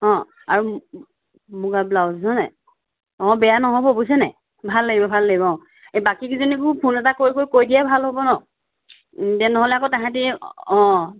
অ আৰু মুগা ব্লাউজ হয় নাই অ বেয়া নহ'ব বুইছেনে ভাল লাগিব ভাল লাগিব অ বাকী কেইজনীকো ফোন এটা কৰি কৰি কৈ দিয়া ভাল হ'ব ন' যে নহ'লে আকৌ তাহাঁতি অ